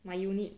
my unit